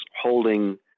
holding